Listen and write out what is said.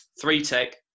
three-tech